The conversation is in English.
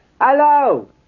Hello